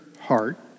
heart